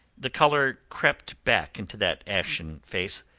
the colour crept back into that ashen face.